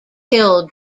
hill